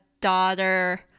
daughter